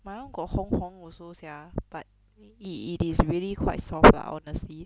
my [one] got 红红 also sia but it it is really quite soft lah honestly